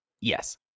yes